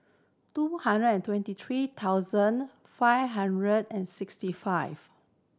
two hundred and twenty three thousand five hundred and sixty five